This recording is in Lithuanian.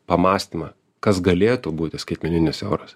pamąstymą kas galėtų būti skaitmeninis euras